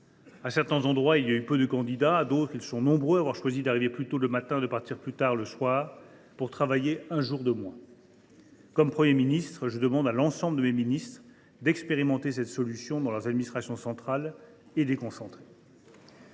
de candidats se sont manifestés ; dans d’autres, ils ont été nombreux à choisir d’arriver plus tôt le matin et de partir plus tard le soir pour travailler un jour de moins. « Comme Premier ministre, je demande à l’ensemble de mes ministres d’expérimenter cette solution dans leurs administrations centrales et déconcentrées.